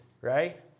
right